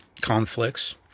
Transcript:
conflicts